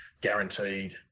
guaranteed